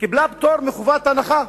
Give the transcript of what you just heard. קיבלה פטור מחובת הנחה.